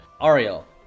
Ariel